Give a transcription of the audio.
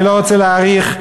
אני לא רוצה להאריך,